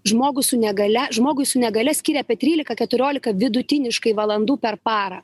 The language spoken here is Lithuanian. žmogų su negalia žmogui su negalia skiria apie trylika keturiolika vidutiniškai valandų per parą